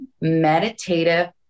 meditative